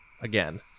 again